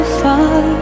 far